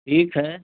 ठीक है